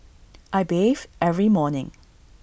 I bathe every morning